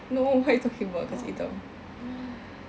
no what are you talking about kasut hitam